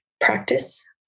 practice